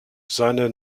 seine